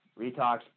retox